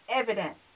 evidence